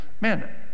man